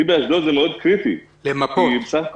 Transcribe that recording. לי באשדוד זה קריטי מאוד כי בסך הכול